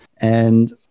And-